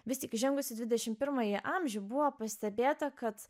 vis tik įžengus į dvidešim pirmąjį amžių buvo pastebėta kad